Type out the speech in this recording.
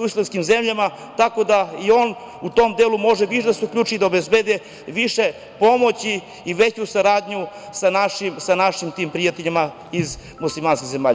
u islamskim zemljama, tako da i on u tom delu može da se uključi i obezbedi više pomoći i veću saradnju sa našim tim prijateljima iz muslimanskih zemalja.